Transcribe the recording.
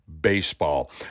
baseball